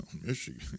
Michigan